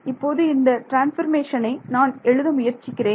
இப்போது இந்த ட்ரான்ஸ்போர்மேஷனை நான் எழுத முயற்சிக்கிறேன்